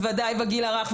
בוודאי בגיל הרך,